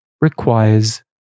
requires